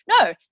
No